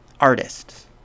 artists